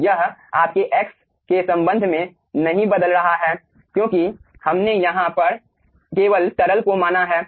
तो यह आपके x के संबंध में नहीं बदल रहा है क्योंकि हमने यहां पर केवल तरल को माना है